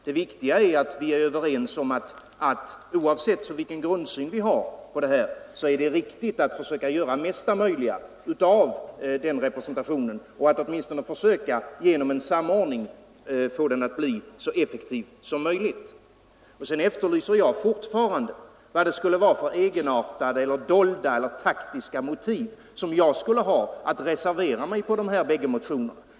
Det viktiga är att vi är överens om att oavsett vilken grundsyn vi har är det riktigt att söka göra mesta möjliga av denna representation och åtminstone försöka genom en samordning få den så effektiv som möjligt. Sedan efterlyser jag fortfarande vad det skulle vara för egenartade eller dolda eller taktiska motiv som jag skulle ha för att reservera mig till förmån för dessa båda motioner.